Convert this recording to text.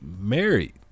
married